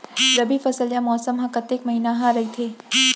रबि फसल या मौसम हा कतेक महिना हा रहिथे?